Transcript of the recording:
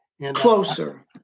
Closer